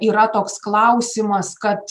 yra toks klausimas kad